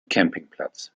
campingplatz